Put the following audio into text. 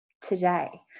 today